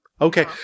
okay